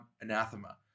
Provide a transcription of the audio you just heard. anathema